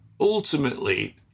ultimately